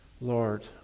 Lord